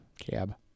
Cab